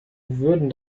würden